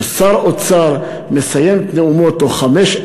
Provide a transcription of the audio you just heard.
ששר אוצר מסיים את נאומו תוך חמש,